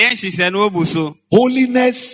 holiness